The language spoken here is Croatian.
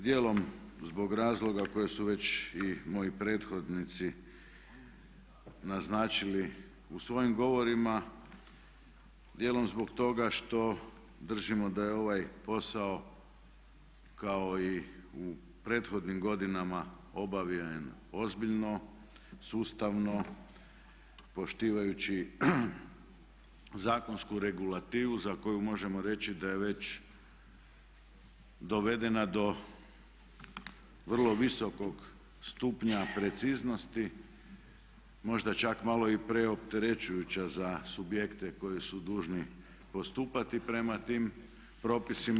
Dijelom zbog razloga koje su već i moji prethodnici naznačili u svojim govorima, dijelom zbog toga što držimo da je ovaj posao kao i u prethodnim godinama obavljen ozbiljno, sustavno, poštivajući zakonsku regulativu za koju možemo reći da je već dovedena do vrlo visokog stupnja preciznosti, možda čak malo i preopterećujuća za subjekte koji su dužni postupati prema tim propisima.